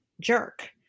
jerk